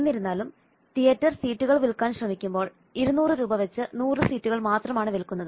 എന്നിരുന്നാലും തിയേറ്റർ സീറ്റുകൾ വിൽക്കാൻ ശ്രമിക്കുമ്പോൾ 200 രൂപ വെച്ച് 100 സീറ്റുകൾ മാത്രമാണ് വിൽക്കുന്നത്